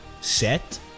set